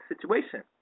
situation